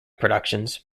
productions